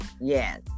Yes